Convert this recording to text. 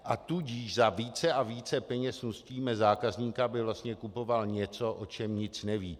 A tudíž za více a více peněz nutíme zákazníka, aby vlastně kupoval něco, o čem nic neví.